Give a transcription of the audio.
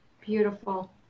beautiful